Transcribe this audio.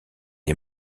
est